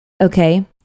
Okay